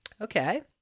Okay